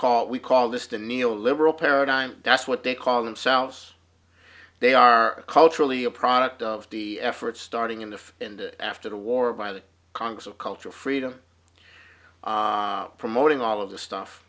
called we call this the neo liberal paradigm that's what they call themselves they are culturally a product of the efforts starting in the end after the war by the congress of cultural freedom promoting all of this stuff